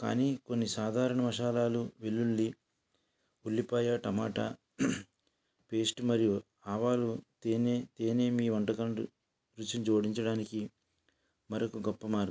కానీ కొన్ని సాధారణ మసాలాలు వెల్లుల్లి ఉల్లిపాయ టమోటా పేస్ట్ మరియు ఆవాలు తేనె తేనెమీ మీ వంటకాల రుచిని జోడించడానికి మరొక గొప్ప మార్గం